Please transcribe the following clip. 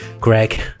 Greg